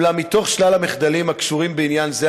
אולם משלל המחדלים הקשורים בעניין זה,